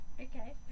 Okay